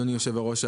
אדוני היושב-ראש,